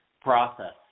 process